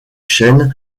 chaînes